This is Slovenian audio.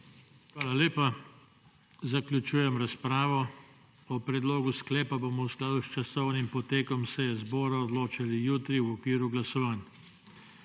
Hvala lepa. Zaključujem razpravo. O predlogu sklepa bomo v skladu s časovnim potekom seje zbora odločali jutri v okviru glasovanj.